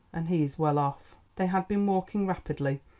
and he is well off. they had been walking rapidly,